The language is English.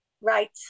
Right